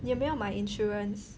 你有没有买 insurance